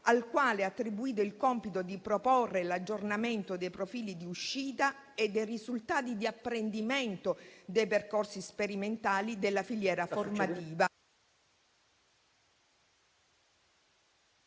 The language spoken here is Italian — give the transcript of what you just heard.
al quale è attribuito il compito di proporre l'aggiornamento dei profili di uscita e dei risultati di apprendimento dei percorsi sperimentali della filiera formativa,